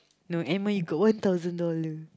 no end month you got one thousand dollar